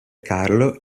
carlo